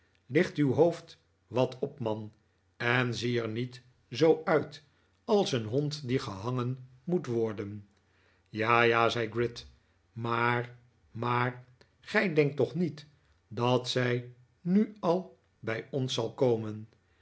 licht uw hoofd wat op man en zie er niet zoo uit als een hond die gehangen moet worden ja ja zei gride maar maar gij denkt toch niet dat zij nu al bij ons zal komen